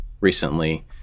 recently